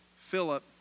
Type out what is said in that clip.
Philip